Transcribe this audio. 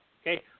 Okay